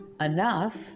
enough